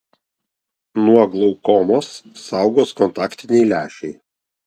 nuo glaukomos saugos kontaktiniai lęšiai